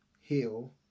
heal